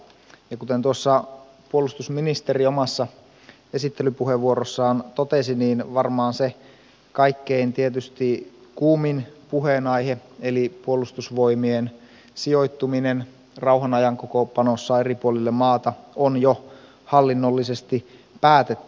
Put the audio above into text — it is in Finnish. kuten puolustusministeri omassa esittelypuheenvuorossaan totesi niin varmaan se tietysti kaikkein kuumin puheenaihe eli puolustusvoimien sijoittuminen rauhanajan kokoonpanossa eri puolille maata on jo hallinnollisesti päätetty